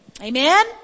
Amen